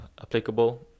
applicable